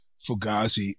Fugazi